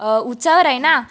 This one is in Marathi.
उंचावर आहे ना